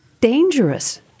dangerous